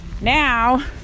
Now